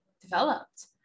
developed